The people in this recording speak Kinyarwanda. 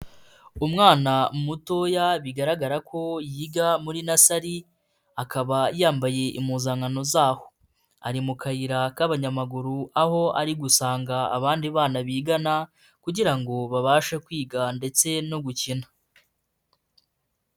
Umwana mutoya bigaragara ko yiga muri nasari akaba yambaye impuzankano zaho, ari mu kayira k'abanyamaguru aho ari gusanga abandi bana bigana kugira ngo babashe kwiga ndetse no gukina.